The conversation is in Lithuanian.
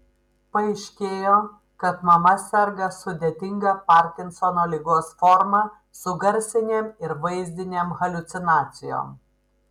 paaiškėjo kad mama serga sudėtinga parkinsono ligos forma su garsinėm ir vaizdinėm haliucinacijom